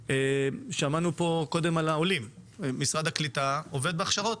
בהכשרות; שמענו פה מקודם על העולים משרד הקליטה עובד בהכשרות.